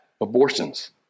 abortions